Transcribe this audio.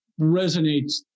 resonates